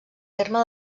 terme